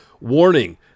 warning